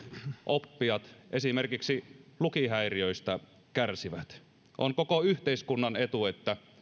oppijat esimerkiksi lukihäiriöistä kärsivät on koko yhteiskunnan etu että